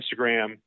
Instagram